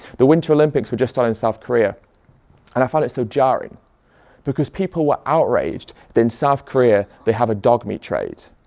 the winter olympics were just done in south korea and i find it so jarring because people were outraged that in south korea they have a dog meat trade.